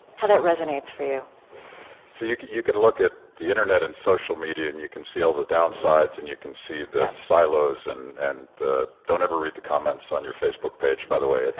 how that resonates for you so you can you can look at the internet and social media, and you can see all the downsides, and you can see the silos and and the don't ever read the comments on your facebook page, by the way.